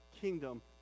kingdom